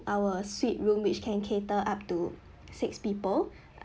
our suite room which can cater up to six people